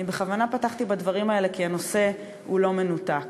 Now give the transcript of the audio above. אני בכוונה פתחתי בדברים האלה כי הנושא הוא לא מנותק.